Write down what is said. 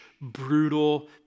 brutal